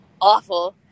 awful